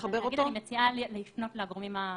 הייתי מציעה לפנות לגורמים הרלוונטיים.